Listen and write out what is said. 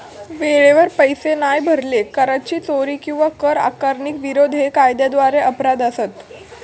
वेळेवर पैशे नाय भरले, कराची चोरी किंवा कर आकारणीक विरोध हे कायद्याद्वारे अपराध असत